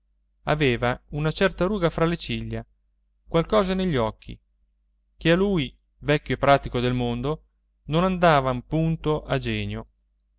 aveva una certa ruga fra le ciglia qualcosa negli occhi che a lui vecchio e pratico del mondo non andavan punto a genio